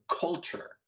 culture